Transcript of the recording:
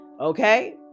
okay